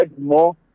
more